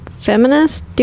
Feminist